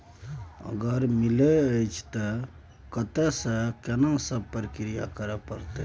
अगर मिलय अछि त कत्ते स आ केना सब प्रक्रिया करय परत?